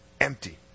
empty